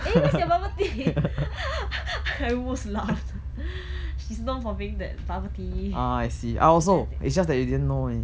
eh where your bubble tea I almost laugh she's known for being that bubble tea